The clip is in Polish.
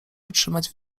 wytrzymać